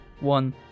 one